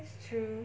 that's true